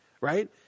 Right